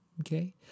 Okay